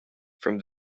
from